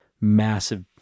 massive